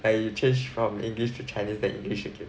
like you change from english to chinese then english again